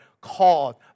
called